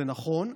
זה נכון.